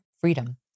freedom